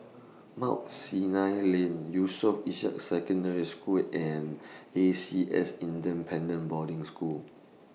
Mount Sinai Lane Yusof Ishak Secondary School and A C S Independent Boarding School